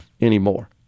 anymore